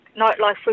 Nightlife